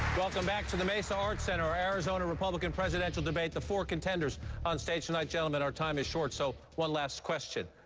welcome back to the mesa art center, our arizona republican presidential debate, the four contenders on stage tonight. gentlemen, our time is short, so one last question.